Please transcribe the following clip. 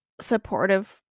supportive